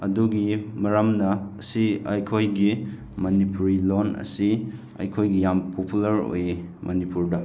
ꯑꯗꯨꯒꯤ ꯃꯔꯝꯅ ꯑꯁꯤ ꯑꯩꯈꯣꯏꯒꯤ ꯃꯅꯤꯄꯨꯔꯤ ꯂꯣꯟ ꯑꯁꯤ ꯑꯩꯈꯣꯏꯒꯤ ꯌꯥꯝ ꯄꯣꯄꯨꯂꯔ ꯑꯣꯏ ꯃꯅꯤꯄꯨꯔꯗ